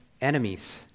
Enemies